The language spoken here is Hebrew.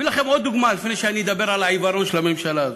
אביא לכם עוד דוגמה לפני שאדבר על העיוורון של הממשלה הזו: